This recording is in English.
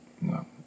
No